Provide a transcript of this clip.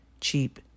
cheap